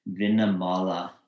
Vinamala